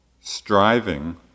striving